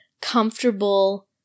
comfortable